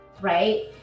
right